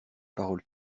paroles